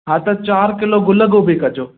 हा त चार किलो गुल गोभी कजो